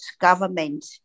government